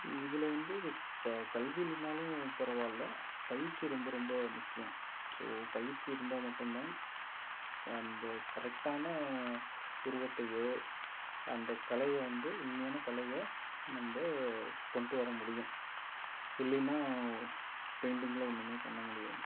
இதில் வந்து இப்போ கல்வி இல்லைனாலும் பரவாயில்ல பயிற்சி ரொம்ப ரொம்ப முக்கியம் ஸோ பயிற்சி இருந்தால் மட்டும்தான் அந்த கரெக்ட்டான உருவத்தையோ அந்த கலையை வந்து உண்மையான கலையை நம்ம கொண்டுட்டு வர முடியும் இல்லைனா பெயிண்ட்டிங்கில் ஒன்றுமே பண்ண முடியாது